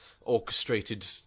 orchestrated